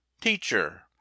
Teacher